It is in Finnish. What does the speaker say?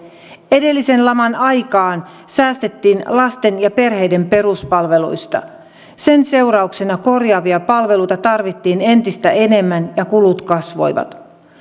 edellisen laman aikaan säästettiin lasten ja perheiden peruspalveluista sen seurauksena korjaavia palveluita tarvittiin entistä enemmän ja kulut kasvoivat